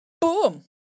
Boom